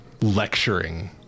lecturing